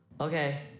Okay